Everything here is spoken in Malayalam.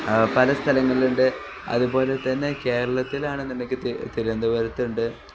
പല സ്ഥലങ്ങളിലുണ്ട് അതുപോലെ തന്നെ കേരളത്തിലാണെന്നുണ്ടെങ്കില് തിരുവനന്തപുരത്തുണ്ട്